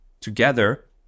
together